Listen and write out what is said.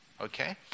Okay